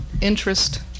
interest